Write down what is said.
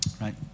Right